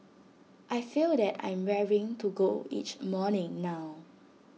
I feel that I'm raring to go each morning now